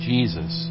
Jesus